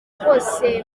rwose